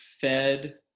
fed